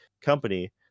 company